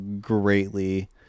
greatly